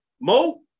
Mo